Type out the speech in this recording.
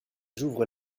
j’ouvre